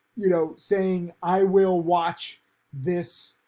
you know, saying i will watch this